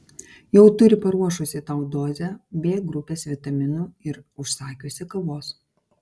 jau turi paruošusi tau dozę b grupės vitaminų ir užsakiusi kavos